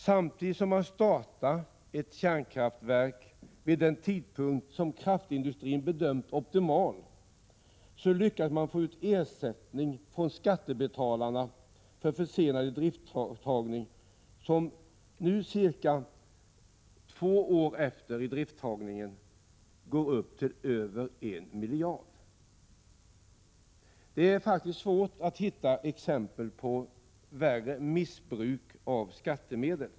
Samtidigt som de startar ett kärnkraftverk, vid den tidpunkt som kraftindustrin bedömt som optimal, lyckas de få ut ersättning från skattebetalarna för försenad idrifttagning som nu, cirka två år efter idrifttagningen, uppgår till över en miljard. Det är faktiskt svårt att hitta ett exempel på värre missbruk av skattemedel.